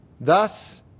Thus